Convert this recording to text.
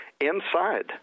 inside